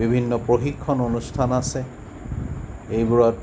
বিভিন্ন প্ৰশিক্ষণ অনুষ্ঠান আছে এইবোৰত